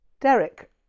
Derek